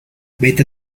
vete